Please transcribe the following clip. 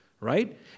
Right